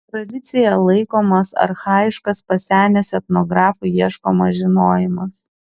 tradicija laikomas archajiškas pasenęs etnografų ieškomas žinojimas